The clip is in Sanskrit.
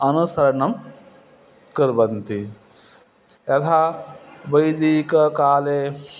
अनुसरणं कुर्वन्ति यथा वैदिककाले